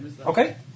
Okay